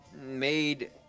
made